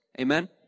Amen